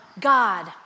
God